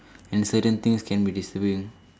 and certain things can be disturbing